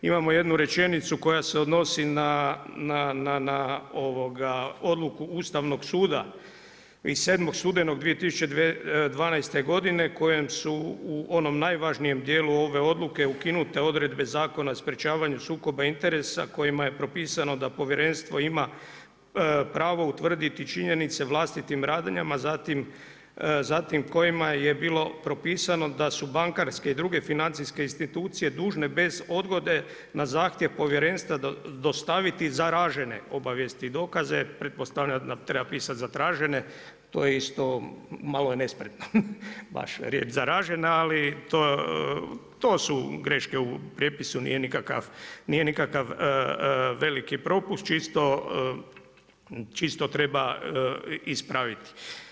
Imamo jednu rečenicu koja se odnosi na odluku Ustavnog suda iz 7. studenog 2012. godine kojom su u onom najvažnijem dijelu ove odluke ukinute odredbe Zakona o sprječavanju sukoba interesa kojima je propisano da povjerenstvo ima pravo utvrditi činjenice vlastitim radnjama a zatim kojima je bilo propisano da su bankarske i druge financije institucije dužne bez odgode na zahtjev povjerenstva dostaviti zaražene obavijesti i dokaze, pretpostavljam da treba pisati zatražene, to je isto, malo je nespretno, baš riječ zaražena ali to su greške u prijepisu, nije nikakav veliki propust, čisto treba ispraviti.